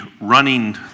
running